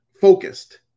focused